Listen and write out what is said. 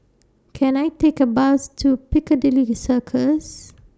Can I Take A Bus to Piccadilly Circus